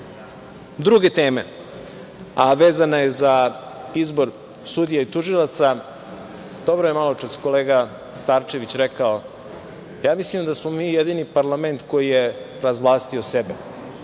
druge teme, a vezana je za izbor sudija i tužilaca, dobro je maločas kolega Starčević rekao, ja mislim da smo mi jedini parlament koji je razvlastio sebe.